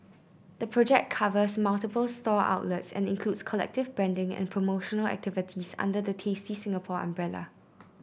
the project covers multiple store outlets and includes collective branding and promotional activities under the Tasty Singapore umbrella